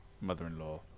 mother-in-law